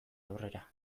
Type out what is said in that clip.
aurrera